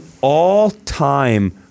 all-time